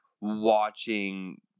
watching